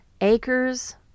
Acres